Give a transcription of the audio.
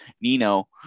Nino